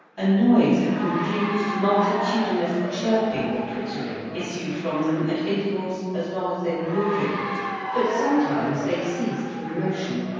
a noise of confused, multitudinous chirping or twittering issued from them at intervals as long as they were moving but sometimes they ceased from motion,